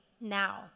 now